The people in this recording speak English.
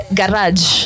garage